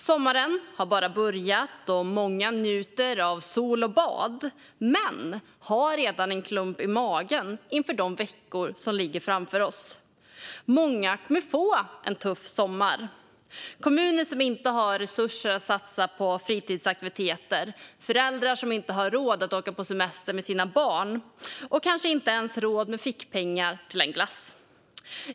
Sommaren har bara börjat, och många njuter av sol och bad men har redan en klump i magen inför de veckor som ligger framför oss. Många kommer att få en tuff sommar. Det handlar om kommuner som inte har resurser att satsa på fritidsaktiviteter och föräldrar som inte har råd att åka på semester med sina barn och kanske inte ens råd med fickpengar till en glass.